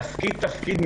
תפקיד-תפקיד,